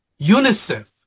UNICEF